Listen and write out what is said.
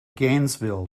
gainesville